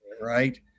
right